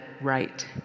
right